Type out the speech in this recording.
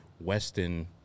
Weston